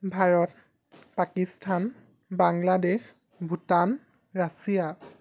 Bharat Pakistan Bangladesh Bhutan Russia